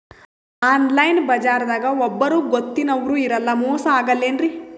Online ಬಜಾರದಾಗ ಒಬ್ಬರೂ ಗೊತ್ತಿನವ್ರು ಇರಲ್ಲ, ಮೋಸ ಅಗಲ್ಲೆನ್ರಿ?